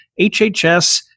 HHS